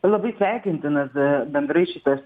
labai sveikintinas bendrai šitas